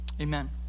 Amen